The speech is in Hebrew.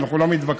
אנחנו לא מתווכחים,